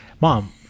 mom